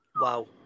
Wow